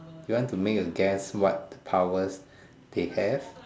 you want to make a guess what power they have